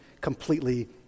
completely